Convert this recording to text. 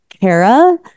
Kara